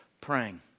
praying